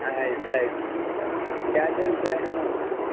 ಆಯ್ತು ಆಯ್ತು cash and carry ಮಾಡ್ತೀವಿ ಸರ್